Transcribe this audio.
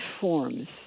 forms